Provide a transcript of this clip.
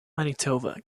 manitoba